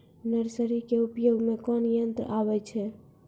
Nursery के उपयोग मे कोन यंत्र आबै छै?